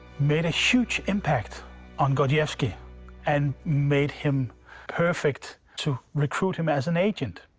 made a huge impact on gordievsky and made him perfect to recruit him as an agent.